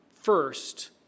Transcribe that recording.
first